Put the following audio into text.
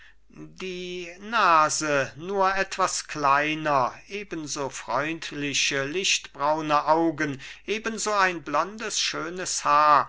die nase nur etwas kleiner ebenso freundliche lichtbraune augen ebenso ein blondes schönes haar